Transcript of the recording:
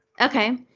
Okay